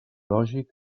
lògic